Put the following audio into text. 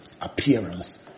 appearance